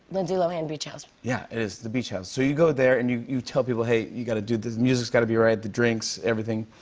lindsay lohan beach house. yeah, it is the beach house. so, you go there and you you tell people, hey, you got to the music's got to be right, the drinks, everything?